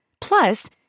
Plus